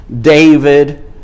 David